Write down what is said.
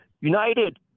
United